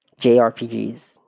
JRPGs